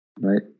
right